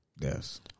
Yes